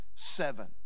seven